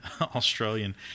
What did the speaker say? Australian